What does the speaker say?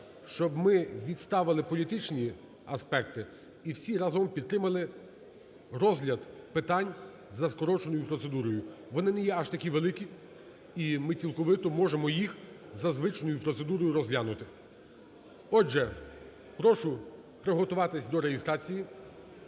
щоб ми відставили політичні аспекти, і всі разом підтримали розгляд питань за скороченою процедурою. Вони не є аж такі великі, і ми цілковито можемо їх, за звичною процедурою, розглянути. Отже, прошу приготуватися до реєстрації